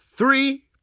Three